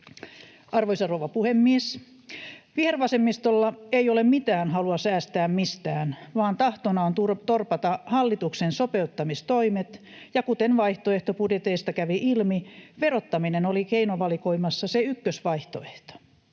Arvoisa rouva puhemies! Vihervasemmistolla ei ole mitään halua säästää mistään, vaan tahtona on torpata hallituksen sopeuttamistoimet, ja kuten vaihtoehtobudjeteista kävi ilmi, verottaminen oli keinovalikoimassa se ykkösvaihtoehto.